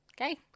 Okay